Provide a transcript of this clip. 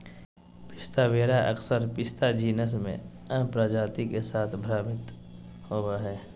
पिस्ता वेरा अक्सर पिस्ता जीनस में अन्य प्रजाति के साथ भ्रमित होबो हइ